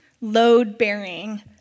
load-bearing